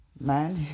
Man